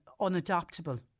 unadoptable